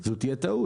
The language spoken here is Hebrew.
זו תהיה טעות.